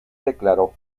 declaró